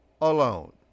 alone